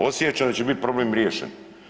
Osjećam da će biti problem riješen.